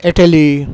Italy